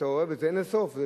ואין לזה סוף,